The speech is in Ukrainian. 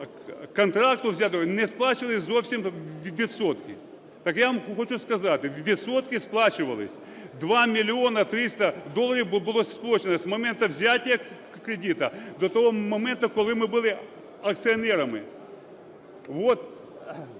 контракту не сплачувались зовсім відсотки. Так я вам хочу сказати, відсотки сплачувались: 2 мільйони 300 доларів було сплачено с момента взятия кредита до того моменту, коли ми були акціонерами.